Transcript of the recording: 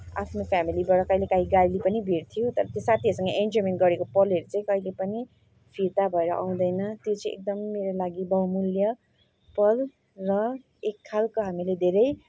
आफ्नो फ्यामिलीबाट कहिलेकाहीँ गाली पनि भेट्थ्यौँ तर त्यो साथीहरूसँग इन्जोयमेन्ट गरेको पलहरू चाहिँ कहिले पनि फिर्ता भएर आउँदैन त्यो चाहिँ एकदम मेरो लागि बहुमूल्य पल र एक खालको हामीले धेरै